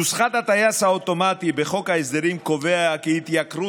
נוסחת הטייס האוטומטי בחוק ההסדרים קובעת כי התייקרות